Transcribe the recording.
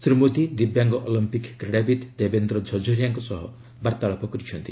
ଶ୍ରୀ ମୋଦି ଦିବ୍ୟାଙ୍ଗ ଅଲମ୍ପିକ୍ କ୍ରୀଡ଼ାବିତ୍ ଦେବେନ୍ଦ୍ର ଝରଝରିଆଙ୍କ ସହ ବାର୍ତ୍ତାଳାପ କରିଛନ୍ତି